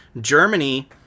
Germany